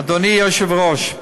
אדוני היושב-ראש,